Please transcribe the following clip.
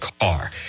car